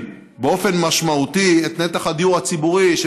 באופן משמעותי את נתח הדיור הציבורי,